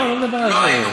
לא, אני לא מדבר על זה.